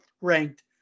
ranked